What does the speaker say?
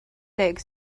deg